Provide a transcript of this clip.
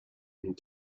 and